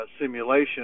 simulation